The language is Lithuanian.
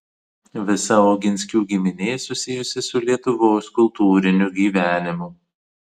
visa oginskių giminė susijusi su lietuvos kultūriniu gyvenimu